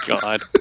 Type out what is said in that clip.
God